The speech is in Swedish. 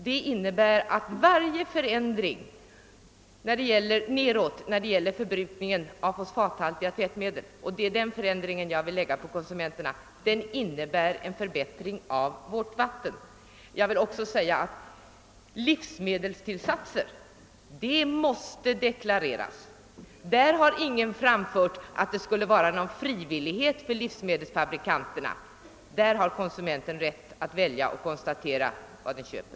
Det innebär att varje förändring nedåt när det gäller förbrukning av fosfathaltiga tvättmedel innebär en förbättring av vårt vatten — denna vill jag ge konsumenterna möjlighet att medverka till. Livsmedelstillsatser måste deklareras. I fråga om dem har ingen ansett att det skall vara frihet för livsmedelsfabrikanterna utan konsumenten anses ha rätt att välja och veta vad det är som han eller hon köper.